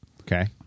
Okay